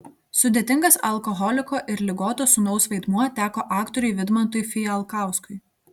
sudėtingas alkoholiko ir ligoto sūnaus vaidmuo teko aktoriui vidmantui fijalkauskui